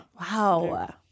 wow